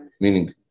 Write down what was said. Meaning